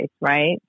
right